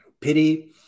pity